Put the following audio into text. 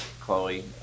Chloe